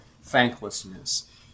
thanklessness